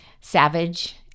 savage